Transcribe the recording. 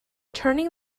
turning